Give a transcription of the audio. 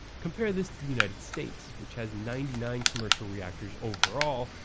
compare this to the united states, which has ninety nine commercial reactors overall,